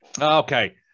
Okay